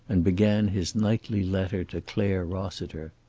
and began his nightly letter to clare rossiter.